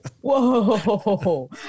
Whoa